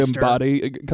body